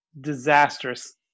disastrous